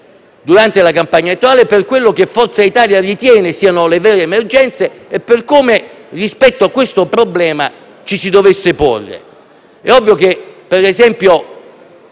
durante la campagna elettorale e per ciò che Forza Italia ritiene siano le vere emergenze e per come, rispetto al problema, ci si dovesse porre. È ovvio che - per esempio